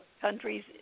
countries